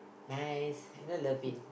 nice you know loving